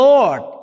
Lord